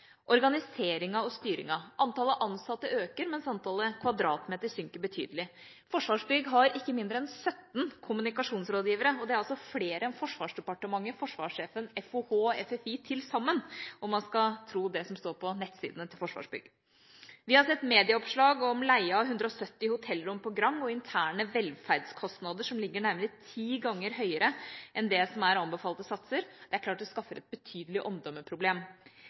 og styringen. Antallet ansatte øker, mens antallet kvadratmeter synker betydelig. Forsvarsbygg har ikke mindre enn 17 kommunikasjonsrådgivere, og det er altså flere enn Forsvarsdepartementet, forsvarssjefen, FOH og FFI til sammen, om man skal tro det som står på nettsidene til Forsvarsbygg. Vi har sett medieoppslag om leie av 170 hotellrom på Grand Hotel og interne velferdskostnader som ligger nærmere ti ganger høyere enn det som er anbefalte satser. Det er klart det skaffer et betydelig